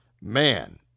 Man